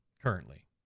currently